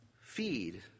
feed